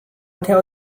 tell